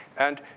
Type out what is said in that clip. and